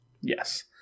yes